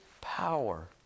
power